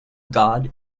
god